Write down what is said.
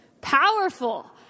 Powerful